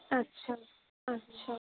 আচ্ছা আচ্ছা